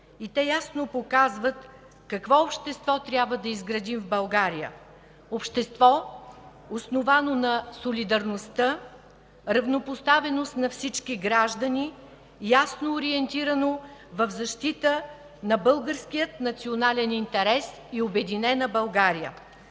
и те ясно показват какво общество трябва да изградим в България – общество, основано на солидарността, равнопоставеност на всички граждани, ясно ориентирано в защита на българския национален интерес и обединена България.